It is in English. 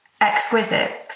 exquisite